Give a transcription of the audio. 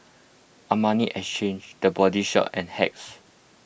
Armani Exchange the Body Shop and Hacks